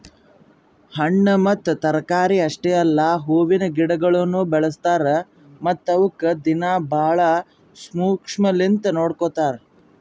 ಹಣ್ಣ ಮತ್ತ ತರಕಾರಿ ಅಷ್ಟೆ ಅಲ್ಲಾ ಹೂವಿನ ಗಿಡಗೊಳನು ಬೆಳಸ್ತಾರ್ ಮತ್ತ ಅವುಕ್ ದಿನ್ನಾ ಭಾಳ ಶುಕ್ಷ್ಮಲಿಂತ್ ನೋಡ್ಕೋತಾರ್